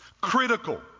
critical